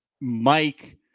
mike